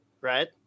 Right